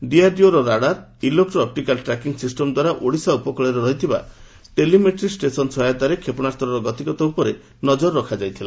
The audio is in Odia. ଡିଆର୍ଡିଓର ରାଡାର ଇଲେକ୍କା ଅପ୍ଟିକାଲ ଟ୍ରାକିଂ ସିଷ୍ଟମ ଦ୍ୱାରା ଓଡ଼ିଶା ଉପକୁଳରେ ରହିଥିବା ଟେଲିମେଟ୍ରି ଷ୍ଟେସନ ସହାୟତାରେ କ୍ଷେପଣାସ୍ତର ଗତିପଥ ଉପରେ ନଜର ରଖାଯାଇଥିଲା